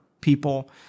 people